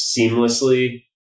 seamlessly